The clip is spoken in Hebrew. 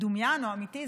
מדומיין או אמיתי,